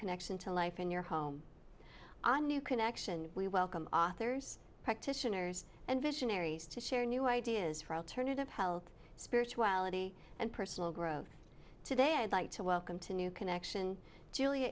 connection to life in your home a new connection we welcome authors practitioners and visionaries to share new ideas for alternative health spirituality and personal growth today i'd like to welcome to new connection juli